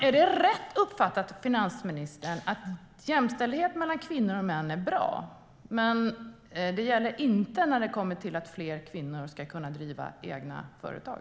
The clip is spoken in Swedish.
Är det rätt uppfattat, finansministern, att jämställdhet mellan kvinnor och män är bra men att det inte gäller när det kommer till att fler kvinnor ska kunna driva egna företag?